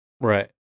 Right